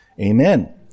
Amen